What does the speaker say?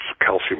calcium